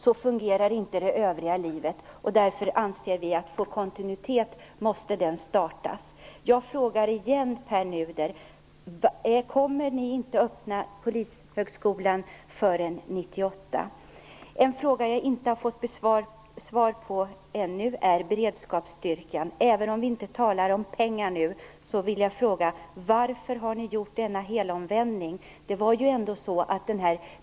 Så fungerar inte det övriga livet. Vi anser att den måste starta för att man skall få kontinuitet. Jag frågar återigen Pär Nuder: Kommer ni inte att öppna Polishögskolan förrän 1998? En fråga som jag inte har fått svar på ännu är frågan om beredskapsstyrkan. Även om vi nu inte talar om pengar vill jag fråga: Varför har ni gjort denna helomvändning?